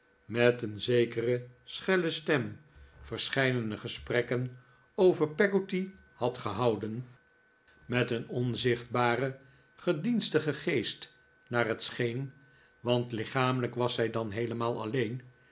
met een zeer schelle stem verscheidene gesprekken over peggotty had gehoudavid copperfield den met een onzichtbaren gedienstigen geest naar het scheen want lichamelijk was zij dan heelemaal alleen